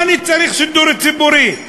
מה אני צריך שידור ציבורי?